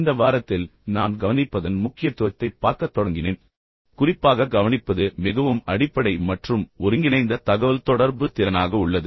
இந்த வாரத்தில் நான் கவனிப்பதன் முக்கியத்துவத்தைப் பார்க்கத் தொடங்கினேன் குறிப்பாக கவனிப்பது மிகவும் அடிப்படை மற்றும் ஒருங்கிணைந்த தகவல்தொடர்பு திறனாக உள்ளது